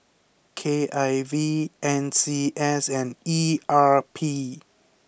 K I V N C S and E R P